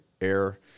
Air